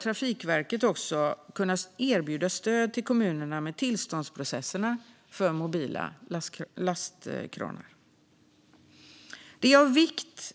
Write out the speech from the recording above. Trafikverket bör kunna erbjuda stöd till kommunerna med tillståndsprocesserna för mobila lastkranar. Det är av vikt